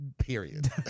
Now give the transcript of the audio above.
period